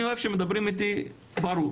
אני אוהב שמדברים איתי ברור.